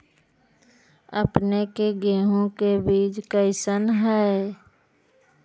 अपने के गेहूं के बीज कैसन है?